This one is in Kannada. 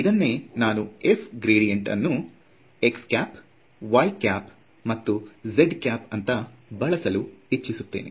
ಇದನ್ನೇ ನಾನು f ಗ್ರೇಡಿಯಂಟ ಅನ್ನು x ಕ್ಯಾಪ್ y ಕ್ಯಾಪ್ ಹಾಗೂ z ಕ್ಯಾಪ್ ಅಂತ ಬಳಸಲು ಇಚ್ಛಿಸುತ್ತೇನೆ